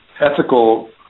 ethical